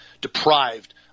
deprived